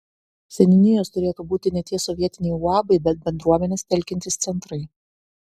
seniūnijos turėtų būti ne tie sovietiniai uabai bet bendruomenes telkiantys centrai